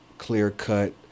clear-cut